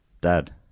dad